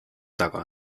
taga